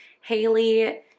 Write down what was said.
Haley